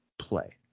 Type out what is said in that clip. Play